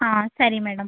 ಹಾಂ ಸರಿ ಮೇಡಮ್